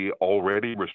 already